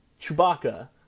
Chewbacca